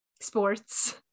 sports